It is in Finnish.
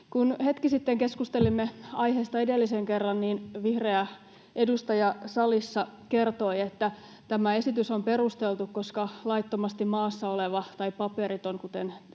Kun hetki sitten keskustelimme aiheesta edellisen kerran, niin vihreä edustaja salissa kertoi, että tämä esitys on perusteltu, koska laittomasti maassa oleva tai paperiton, kuten